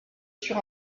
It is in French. sur